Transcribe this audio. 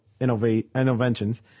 innovations